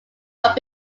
long